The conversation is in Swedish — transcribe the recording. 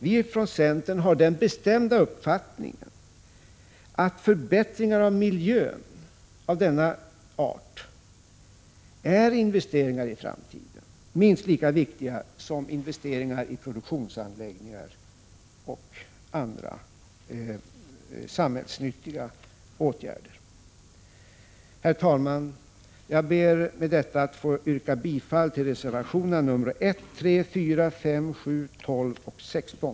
Vi från centern har den bestämda uppfattningen att förbättringar av miljön av denna art är investeringar i framtiden, minst lika viktiga som investeringar i produktionsanläggningar och andra samhällsnyttiga åtgärder. Herr talman! Jag ber med detta att få yrka bifall till reservationerna 1,3 .4, 5, 7, 12 och 16.